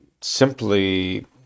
simply